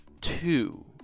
two